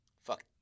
Fuck